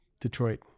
Detroit